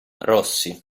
rossi